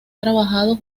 trabajado